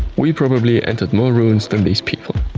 we probably entered more ruins than these people.